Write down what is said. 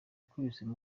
ikubise